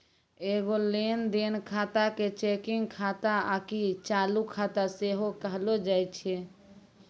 एगो लेन देन खाता के चेकिंग खाता आकि चालू खाता सेहो कहलो जाय छै